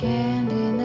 Candy